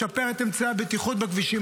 לשפר את אמצעי הבטיחות בכבישים,